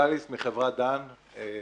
אני מחברת "דן".